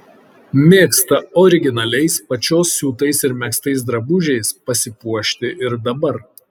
mėgsta originaliais pačios siūtais ir megztais drabužiais pasipuošti ir dabar